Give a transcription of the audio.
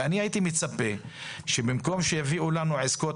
אני הייתי מצפה שבמקום שיביאו לנו עסקאות